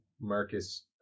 Marcus